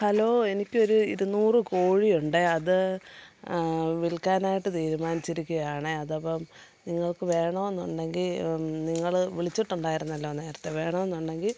hello എനിക്കൊരു ഇരുനൂറ് കോഴിയുണ്ട് അത് വിൽക്കാനായിട്ട് തീരുമാനിച്ചിരിക്കയാണ് അഥവാ നിങ്ങൾക്ക് വേണമെന്നുണ്ടെങ്കിൽ നിങ്ങൾ വിളിച്ചിട്ടുണ്ടായിരുന്നല്ലോ നേരത്തെ വേണമെന്നുണ്ടെങ്കിൽ